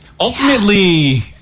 Ultimately